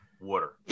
water